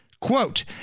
Quote